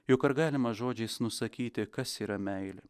juk ar galima žodžiais nusakyti kas yra meilė